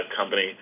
company